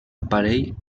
aparell